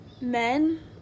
men